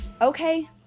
Okay